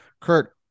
Kurt